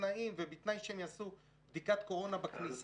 ובתנאי שהם יעשו בדיקת קורונה בכניסה